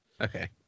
Okay